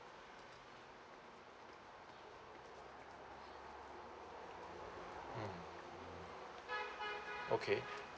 mm okay